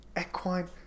Equine